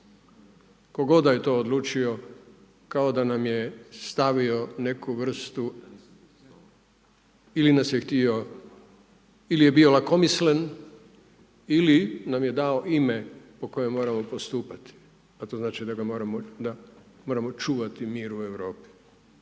god da je to odlučio, kao da nam je stavio neku vrstu ili nas je htio ili je bio lakomislen ili nam je dao ime po kojem moramo postupati a to znači da ga moramo, da moramo čuvati mir u Europi.